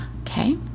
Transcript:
okay